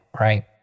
Right